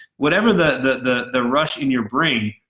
whatever the the rush in your brain,